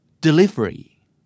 Delivery